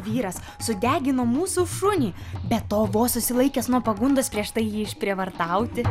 vyras sudegino mūsų šunį be to vos susilaikęs nuo pagundos prieš tai jį išprievartauti